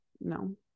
no